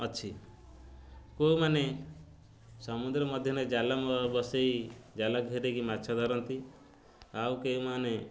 ଅଛି କେଉଁମାନେ ସମୁଦ୍ର ମଧ୍ୟରେ ଜାଲ ମ ବସାଇ ଜାଲ ଘେରାଇକି ମାଛ ଧରନ୍ତି ଆଉ କେଉଁମାନେ